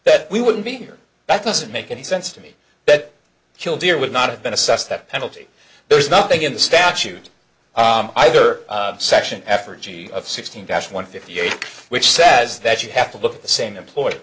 that we wouldn't be here that doesn't make any sense to me that kill deer would not have been assessed that penalty there is nothing in the statute either section f or g of sixteen dash one fifty eight which says that you have to look at the same employe